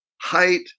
height